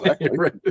right